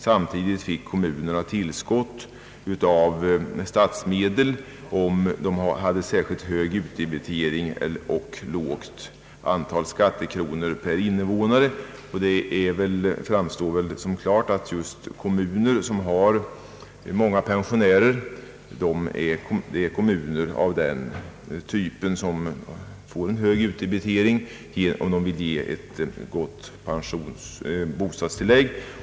Samtidigt fick kommunerna tillskott av statsmedel, om de hade särskilt hög utdebitering och lågt antal skattekronor per invånare. Det framstår väl klart att kommuner, som har många pensionärer, är av den typen som får en hög utdebitering om de vill ge ett gott bostadstilllägg.